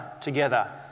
together